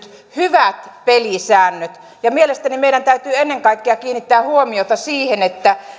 hyvät pelisäännöt ja mielestäni meidän täytyy ennen kaikkea kiinnittää huomiota siihen että